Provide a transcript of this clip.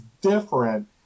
different